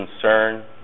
concern